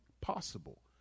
possible